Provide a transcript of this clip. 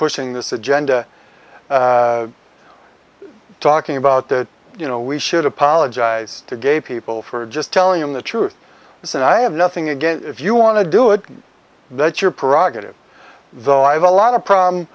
pushing this agenda talking about the you know we should apologize to gay people for just telling them the truth is and i have nothing against if you want to do it that's your prerogative though i have a lot of problem